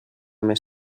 més